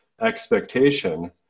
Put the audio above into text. expectation